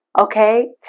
Okay